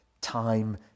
time